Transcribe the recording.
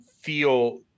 feel